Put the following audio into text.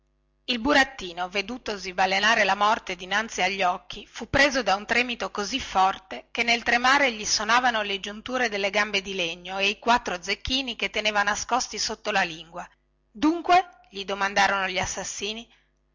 il burattino vedendosi balenare la morte dinanzi agli occhi fu preso da un tremito così forte che nel tremare gli sonavano le giunture delle sue gambe di legno e i quattro zecchini che teneva nascosti sotto la lingua dunque gli domandarono gli assassini